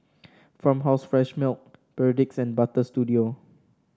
Farmhouse Fresh Milk Perdix and Butter Studio